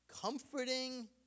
comforting